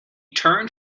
turned